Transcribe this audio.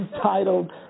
titled